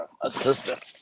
assistant